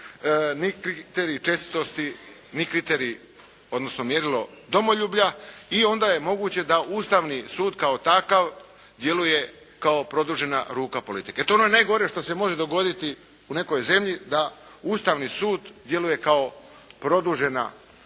ni kriterij čestitosti ni kriterij odnosno mjerilo domoljublja. I onda je moguće da Ustavni sud kao takav djeluje kao produžena ruka politike. To je ono najgore što se može dogoditi u nekoj zemlji da Ustavni sud djeluje kao produžena ruka